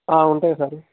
ఉంటాయి సార్